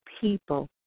people